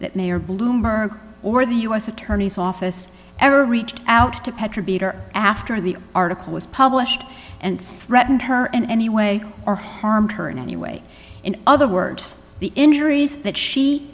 that mayor bloomberg or the u s attorney's office ever reached out to petra beat or after the article was published and threatened her in any way or harmed her in any way in other words the injuries that she